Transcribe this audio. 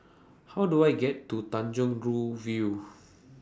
How Do I get to Tanjong Rhu View